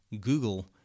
google